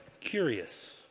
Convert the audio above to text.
curious